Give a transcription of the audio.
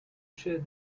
share